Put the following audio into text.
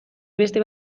beste